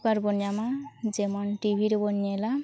ᱩᱯᱚᱠᱟᱨᱵᱚᱱ ᱧᱟᱢᱟ ᱡᱮᱢᱚᱱ ᱴᱤ ᱵᱷᱤᱼᱨᱮ ᱵᱚᱱ ᱧᱮᱞᱟ